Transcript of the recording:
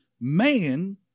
man